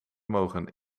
mogen